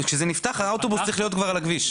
כשזה נפתח, האוטובוס צריך להיות כבר על הכביש.